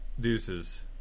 Deuces